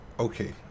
Okay